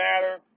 matter